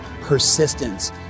Persistence